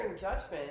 judgment